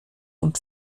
und